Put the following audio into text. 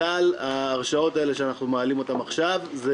כלל ההרשאות שאנחנו מעלים עכשיו זה